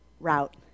Route